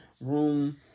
room